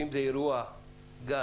אם זה אירוע גז,